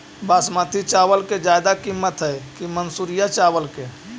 बासमती चावल के ज्यादा किमत है कि मनसुरिया चावल के?